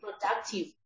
productive